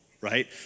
right